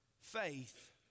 faith